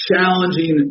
challenging